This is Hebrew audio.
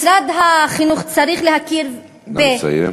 משרד החינוך צריך להכיר, נא לסיים.